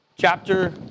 chapter